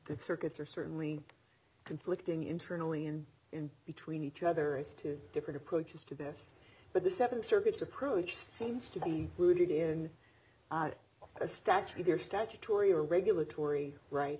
that circuits are certainly conflicting internally and in between each other as two different approaches to this but the seven circuits approach seems to be rooted in a statute there statutory or regulatory right